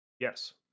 Yes